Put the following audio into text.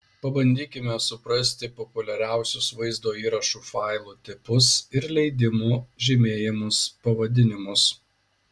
pabandykime suprasti populiariausius vaizdo įrašų failų tipus ir leidimų žymėjimus pavadinimus